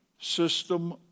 system